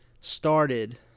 started